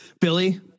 Billy